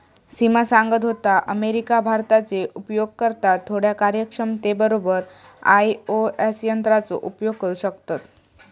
सिमा सांगत होता, अमेरिका, भारताचे उपयोगकर्ता थोड्या कार्यक्षमते बरोबर आई.ओ.एस यंत्राचो उपयोग करू शकतत